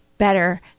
better